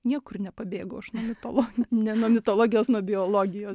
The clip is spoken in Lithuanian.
niekur nepabėgau aš nuo mitolo ne nuo mitologijos nuo biologijos